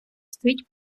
стоїть